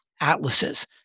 atlases